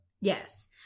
Yes